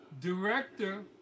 director